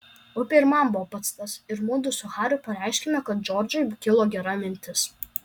upė ir man buvo pats tas ir mudu su hariu pareiškėme kad džordžui kilo gera mintis